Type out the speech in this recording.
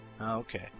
Okay